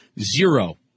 zero